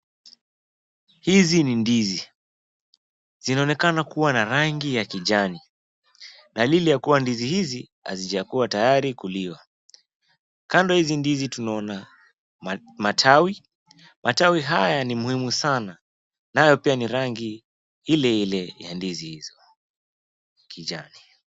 Hizi ni ndizi, zinaonekana kuwa na rangi ya kijani dalili ya kuwa ndizi hizi hazija kuwa tayari kuliwa Kando ya hizi ndizi tunaona matawi, matawi haya ni muhimu sana nayo pia ni rangi Ile Ile ya ndizi hizo kijani.